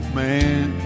man